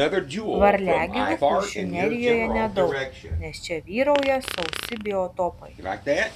varliagyvių kuršių nerijoje nedaug nes čia vyrauja sausi biotopai